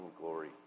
glory